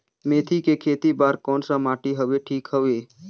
मेथी के खेती बार कोन सा माटी हवे ठीक हवे?